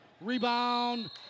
Rebound